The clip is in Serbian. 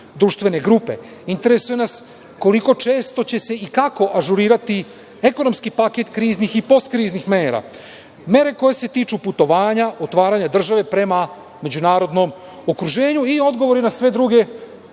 društvene grupe? Interesuje nas koliko često će se i kako ažurirati ekonomski paket kriznih i postkriznih mera, mere koje se tiču putovanja, otvaranja države prema međunarodnom okruženju i odgovori na sve druge društvene